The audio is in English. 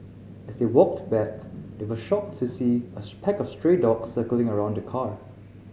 as they walked back they were shocked to see a pack of stray dogs circling around the car